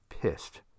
pissed